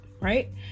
right